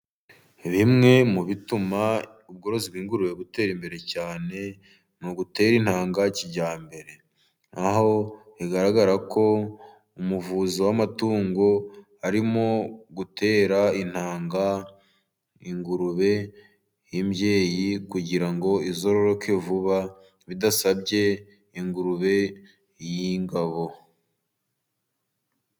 Bimwe mu bituma ubworozi bw'ingurube butera imbere cyane, ni ugutera intanga kijyambere ,aho bigaragara ko umuvuzi w'amatungo arimo gutera intanga ingurube y'imbyeyi, kugira ngo izororoke vuba ,bidasabye ingurube y'ingabo.